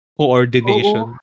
coordination